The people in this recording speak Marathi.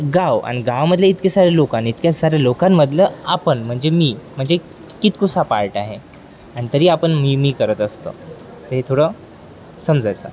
गाव आणि गावामधले इतके सारे लोक आणि इतक्या साऱ्या लोकांमधलं आपण म्हणजे मी म्हणजे कितकुसा पार्ट आहे आणि तरी आपण मी मी करत असतो तर हे थोडं समजायचं